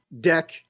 deck